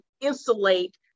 insulate